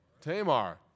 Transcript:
Tamar